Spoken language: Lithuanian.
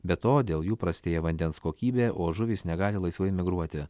be to dėl jų prastėja vandens kokybė o žuvys negali laisvai migruoti